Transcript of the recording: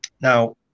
now